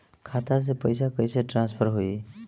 खाता से पैसा कईसे ट्रासर्फर होई?